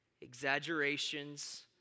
exaggerations